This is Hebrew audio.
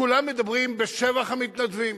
כולם מדברים בשבח המתנדבים.